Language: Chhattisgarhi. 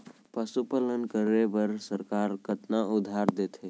पशुपालन करे बर सरकार कतना उधार देथे?